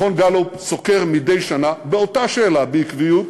מכון "גאלופ" סוקר מדי שנה, באותה שאלה, בעקביות,